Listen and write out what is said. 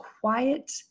quiet